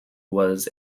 was